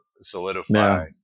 solidify